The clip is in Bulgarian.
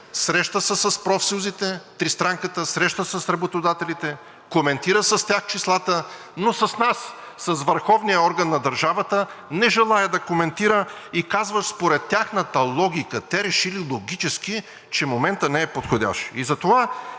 среща с профсъюзите, Тристранката, среща се с работодателите, коментира с тях числата, но с нас – с върховния орган на държавата, не желае да коментира и казва – според тяхната логика, те решили логически, че моментът не е подходящ.